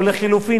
או לחלופין,